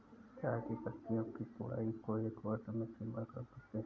चाय की पत्तियों की तुड़ाई को एक वर्ष में तीन बार कर सकते है